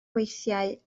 weithiau